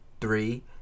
three